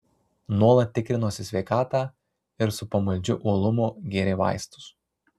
nuolat tikrinosi sveikatą ir su pamaldžiu uolumu gėrė vaistus